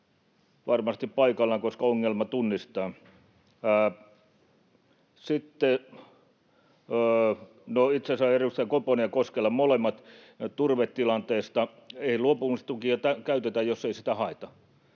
varmasti paikallaan, koska ongelma tunnistetaan. Edustajat Koponen ja Koskela, molemmat turvetilanteesta: Ei luopumistukea käytetä, jos ei sitä haeta.